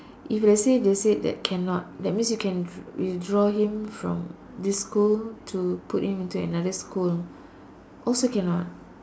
if let's say they say that cannot that means you can withdraw him from this school to put him in another school also cannot